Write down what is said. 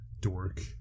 dork